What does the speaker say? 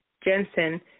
Jensen